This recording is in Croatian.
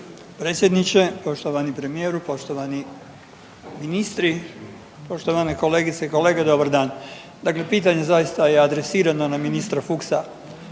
predsjedniče, poštovani premijeru, poštovani ministri, poštovane kolegice i kolege dobar dan. Dakle, pitanje je zaista adresirano na ministra Fuchsa.